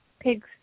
pigs